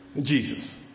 Jesus